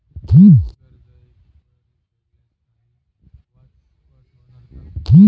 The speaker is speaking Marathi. कर्ज एकरकमी फेडल्यास काही वजावट होणार का?